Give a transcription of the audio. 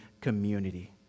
community